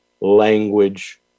language